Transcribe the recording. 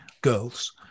girls